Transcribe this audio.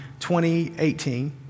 2018